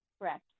Correct